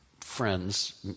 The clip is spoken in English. friends